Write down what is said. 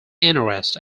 interest